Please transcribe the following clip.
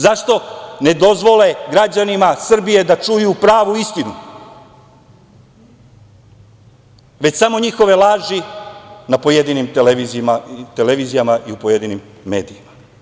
Zašto ne dozvole građanima Srbije da čuju pravu istinu, već samo njihove laži na pojedinim televizijama i u pojedinim medijima?